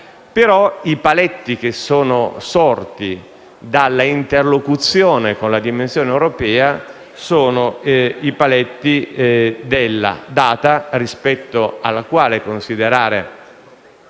i paletti che sono sorti dalla interlocuzione con la dimensione europea sono: la data rispetto alla quale considerare